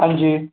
हांजी